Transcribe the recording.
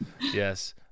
yes